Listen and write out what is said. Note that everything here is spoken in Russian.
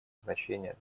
значение